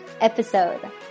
episode